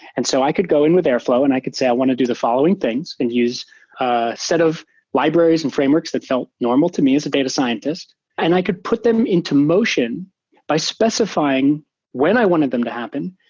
so i could go in with airflow and i could say i want to do the following things and use a set of libraries and frameworks that felt normal to me as a data scientist and i could put them into motion by specifying when i wanted them to happen.